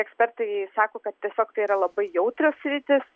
ekspertai sako kad tiesiog tai yra labai jautrios sritys